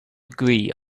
agree